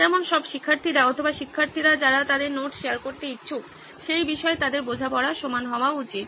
যেমন সব শিক্ষার্থীরা অথবা শিক্ষার্থীরা যারা তাদের নোট শেয়ার করতে ইচ্ছুক সেই বিষয়ে তাদের বোঝাপড়া সমান হওয়া উচিত